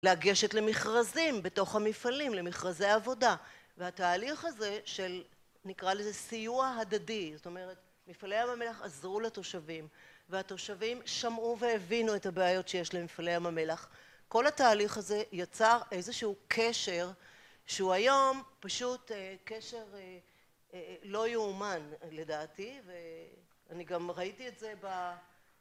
לגשת למכרזים בתוך המפעלים, למכרזי עבודה, והתהליך הזה של... נקרא לזה סיוע הדדי, זאת אומרת, מפעלי ים המלח עזרו לתושבים, והתושבים שמרו והבינו את הבעיות שיש למפעלי ים המלח, כל התהליך הזה יצר איזשהו קשר שהוא היום פשוט קשר לא יאומן, לדעתי, ואני גם ראיתי את זה ב...